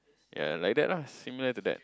ya like that ah similar to that